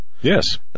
yes